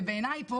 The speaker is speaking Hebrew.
ובעיניי,